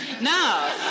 No